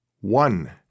One